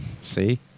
See